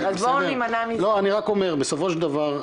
אני רק אומר בסופו של דבר,